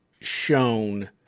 shown